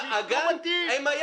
הגן בא אליהם.